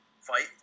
fight